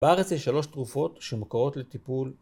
בארץ יש שלוש תרופות שמוכרות לטיפול